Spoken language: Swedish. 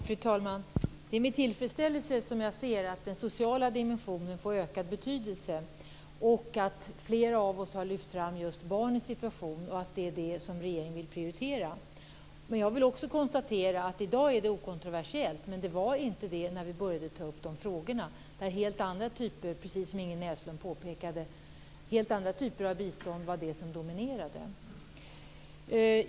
Fru talman! Det är med tillfredsställelse jag ser att den sociala dimensionen får ökad betydelse. Flera av oss har även lyft fram just barnens situation, och det är det som regeringen vill prioritera. Jag vill också konstatera att i dag är det okontroversiellt, men det var det inte när vi började att ta upp de frågorna. Precis som Inger Näslund påpekade var det helt andra typer av bistånd som dominerade.